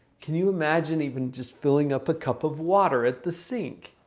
can you imagine even just filling up a cup of water at the sink?